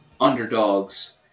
underdogs